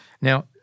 Now